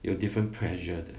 有 different pressure 的